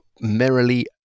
merrily